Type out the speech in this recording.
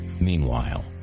Meanwhile